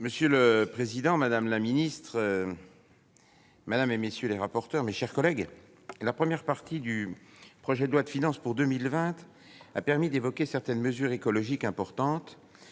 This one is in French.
Monsieur le président, madame la ministre, mes chers collègues, la première partie du projet de loi de finances pour 2020 a permis d'évoquer certaines mesures écologiques importantes,